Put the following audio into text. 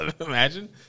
Imagine